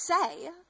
say